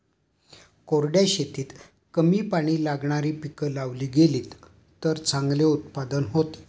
कोरड्या शेतीत कमी पाणी लागणारी पिकं लावली गेलीत तर चांगले उत्पादन होते